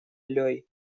лёй